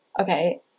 okay